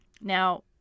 Now